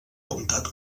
comtat